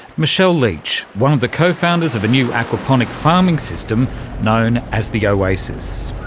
michelle leach, one of the co-founders of a new aquaponic farming system known as the oasis.